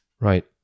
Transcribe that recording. Right